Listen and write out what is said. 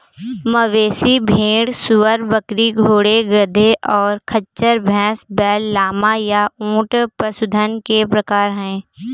मवेशी, भेड़, सूअर, बकरी, घोड़े, गधे, और खच्चर, भैंस, बैल, लामा, या ऊंट पशुधन के प्रकार हैं